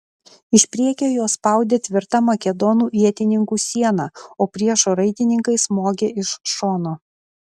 iš priekio juos spaudė tvirta makedonų ietininkų siena o priešo raitininkai smogė iš šono